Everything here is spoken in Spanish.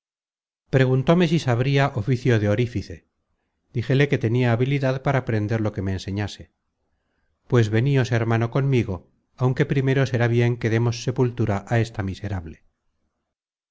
preguntóme si sabria oficio de orifice díjele que tenia habilidad para aprender lo que me enseñase pues venios hermano conmigo aunque primero será bien que demos sepultura á esta miserable